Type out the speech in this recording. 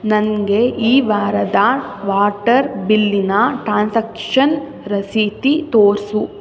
ನನಗೆ ಈ ವಾರದ ವಾಟರ್ ಬಿಲ್ಲಿನ ಟ್ರಾನ್ಸಾಕ್ಷನ್ ರಸೀತಿ ತೋರಿಸು